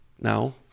Now